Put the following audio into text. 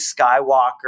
Skywalker